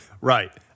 Right